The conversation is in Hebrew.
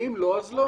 ואם לא אז לא.